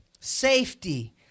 safety